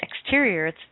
exterior